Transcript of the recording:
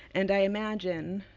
and i imagine,